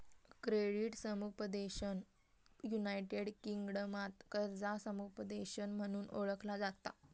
credit समुपदेशन United किंगडमात कर्जा समुपदेशन म्हणून ओळखला जाता